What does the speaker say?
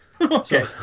Okay